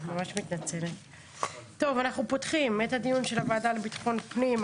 אנחנו פותחים את הדיון של הוועדה לביטחון הפנים.